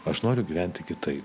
aš noriu gyventi kitaip